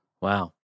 Wow